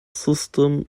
system